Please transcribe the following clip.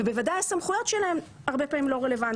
ובוודאי הסמכויות שלהן הרבה פעמים לא רלוונטיות.